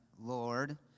Lord